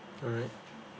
alright